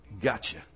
gotcha